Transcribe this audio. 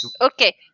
Okay